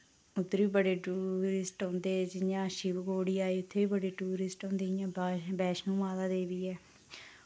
उद्धर बी बड़े टूरिस्ट औंदे जि'यां शिव खोड़ी आई उत्थै बी बड़े टूरिस्ट औंदे जि'यां बै बैशनो माता देवी ऐ